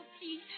please